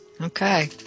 Okay